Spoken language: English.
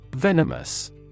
Venomous